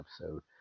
episode